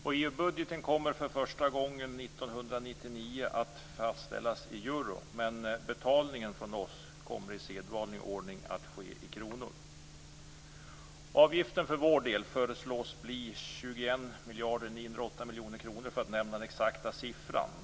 EU-budgeten kommer för första gången 1999 att fastställas i euro, men betalningen från oss kommer i sedvanlig ordning att ske i kronor. Avgiften för vår del föreslås bli 21 908 000 000 kronor, för att nämna den exakta siffran.